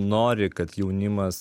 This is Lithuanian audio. nori kad jaunimas